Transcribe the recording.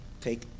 take